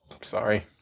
sorry